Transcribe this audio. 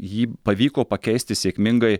jį pavyko pakeisti sėkmingai